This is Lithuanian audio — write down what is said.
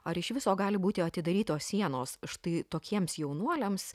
ar iš viso gali būti atidarytos sienos štai tokiems jaunuoliams